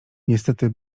niestety